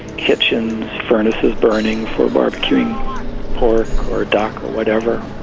kitchen furnaces burning, or barbecuing pork, or duck or whatever.